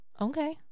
Okay